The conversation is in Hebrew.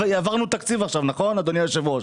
העברנו תקציב עכשיו, נכון אדוני היושב ראש?